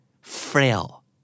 Frail